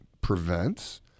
prevents